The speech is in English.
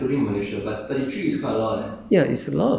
including like malaysia all these ah